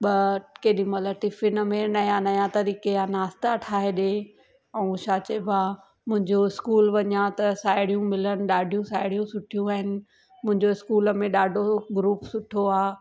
ॿ केॾीमहिल टिफिन में नया नया तरीक़े जा नास्ता ठाहे ॾे ऐं छा चइबो आहे मुंहिंजो स्कूल वञा त साहेड़ियूं मिलनि ॾाढियूं साहेड़ियूं सुठियूं आहिनि मुंहिंजो स्कूल में ॾाढो ग्रुप सुठो आहे